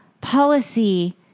policy